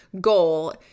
goal